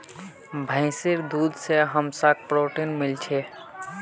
भैंसीर दूध से हमसाक् प्रोटीन मिल छे